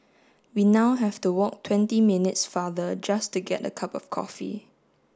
we now have to walk twenty minutes farther just to get a cup of coffee